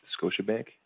Scotiabank